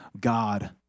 God